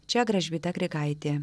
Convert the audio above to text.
čia gražvyda grigaitė